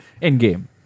In-game